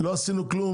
לא עשינו כלום,